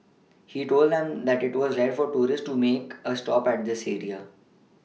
he told them that it was rare for tourists to make a stop at this area